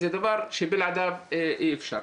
זה דבר שבלעדיו אי אפשר,